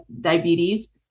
diabetes